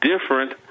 different